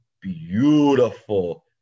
beautiful